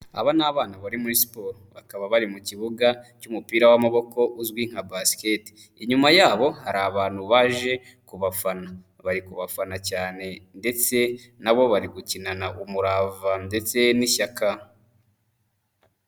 Aba ni abana bari muri siporo. bakaba bari mu kibuga cy'umupira w'amaboko uzwi nka Basket. Inyuma yabo hari abantu baje kubafana. Bari kubafana cyane, ndetse na bo bari gukinana umurava ndetse n'ishyaka.